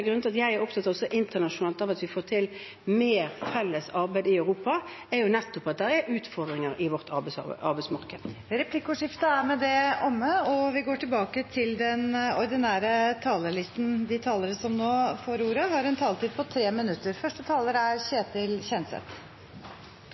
til at jeg er opptatt også internasjonalt av at vi får til mer felles arbeid i Europa, er nettopp at det er utfordringer i vårt arbeidsmarked. Replikkordskiftet er omme. De talere som heretter får ordet, har en taletid på inntil 3 minutter.